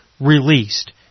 released